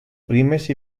primes